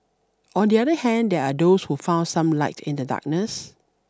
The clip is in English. on the other hand there are those who found some light in the darkness